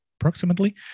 approximately